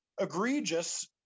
egregious